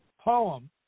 poem